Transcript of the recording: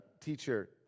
teacher